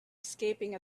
escaping